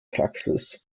praxis